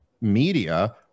media